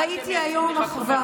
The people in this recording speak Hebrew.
ראיתי היום אחווה.